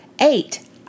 eight